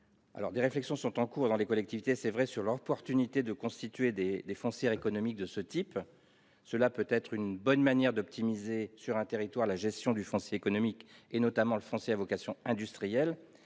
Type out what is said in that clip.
raison, des réflexions sont en cours dans les collectivités sur l'opportunité de constituer des foncières économiques de ce type. Cela peut être une bonne manière d'optimiser, sur un territoire, la gestion du foncier économique, et notamment industriel.